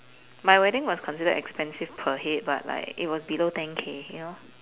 my wedding was considered expensive per head but like it was below ten K you know